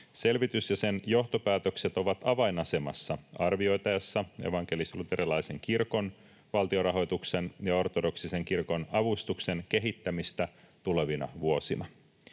Selvitys ja sen johtopäätökset ovat avainasemassa arvioitaessa evankelis-luterilaisen kirkon valtionrahoituksen ja ortodoksisen kirkon avustuksen kehittämistä tulevina vuosina.